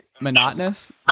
monotonous